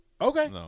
Okay